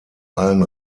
allen